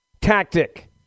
tactic